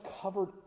covered